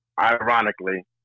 Ironically